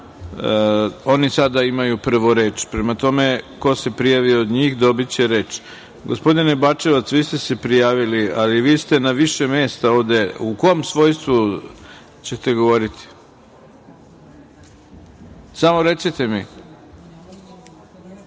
oni sada imaju prvo reč. Prema tome, ko se prijavi od njih, dobiće reč. Gospodine Bačevac, vi ste se prijavili, ali vi ste na više mesta ovde. U kom svojstvu ćete govoriti?(Muamer Bačevac: